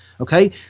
Okay